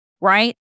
right